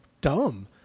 dumb